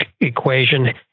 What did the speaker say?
equation